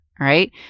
right